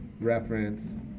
reference